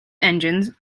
engines